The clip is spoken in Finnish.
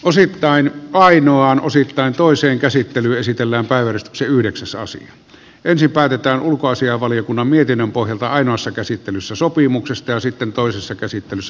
osittain vainuaan osittain toisen käsittely esitellään päivän syliksessa ensin päätetään ulkoasiainvaliokunnan mietinnön pohjalta ainoassa käsittelyssä sopimuksesta ja sitten toisessa käsittelyssä